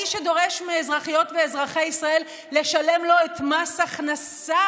האיש שדורש מאזרחיות ואזרחי ישראל לשלם לו את מס הכנסה